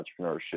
entrepreneurship